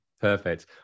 Perfect